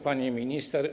Pani Minister!